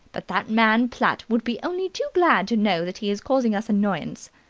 but that man platt would be only too glad to know that he is causing us annoyance.